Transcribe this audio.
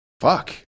fuck